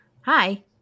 Hi